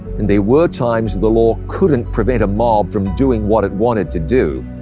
and there were times the law couldn't prevent a mob from doing what it wanted to do,